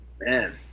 man